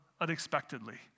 unexpectedly